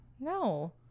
No